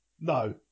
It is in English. No